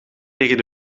tegen